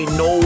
no